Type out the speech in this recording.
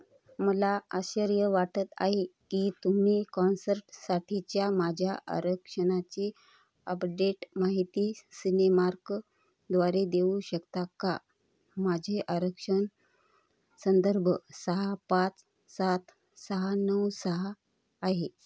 मला आश्चर्य वाटत आहे की तुम्ही कॉन्सर्टसाठीच्या माझ्या आरक्षणाची अपडेट माहिती सिनेमार्कद्वारे देऊ शकता का माझे आरक्षण संदर्भ सहा पाच सात सहा नऊ सहा आहे